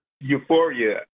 Euphoria